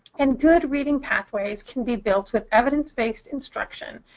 and good reading pathways can be built with evidence-based instruction,